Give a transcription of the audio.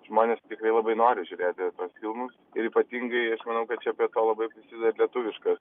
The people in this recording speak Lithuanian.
žmonės tikrai labai nori žiūrėti tuos filmus ir ypatingai aš manau kad čia prie to labai prisideda lietuviškas